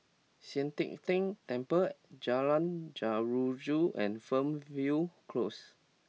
Sian Teck Tng Temple Jalan Jeruju and Fernhill Close